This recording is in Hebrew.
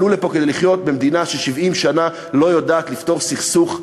עלו לפה כדי לחיות במדינה ש-70 שנה לא יודעת לפתור סכסוך,